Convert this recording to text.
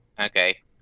Okay